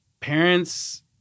parents